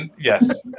yes